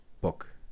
book